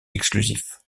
exclusif